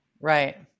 Right